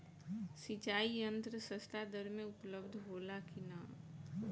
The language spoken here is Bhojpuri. सिंचाई यंत्र सस्ता दर में उपलब्ध होला कि न?